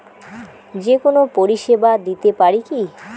যে কোনো পরিষেবা দিতে পারি কি?